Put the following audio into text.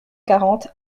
quarante